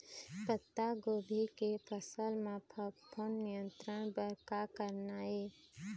पत्तागोभी के फसल म फफूंद नियंत्रण बर का करना ये?